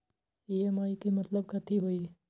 EMI के मतलब कथी होई?